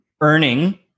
earning